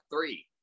three